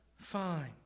Fine